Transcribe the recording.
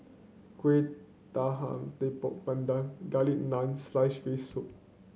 Kuih Talam Tepong Pandan Garlic Naan sliced fish soup